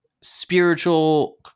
spiritual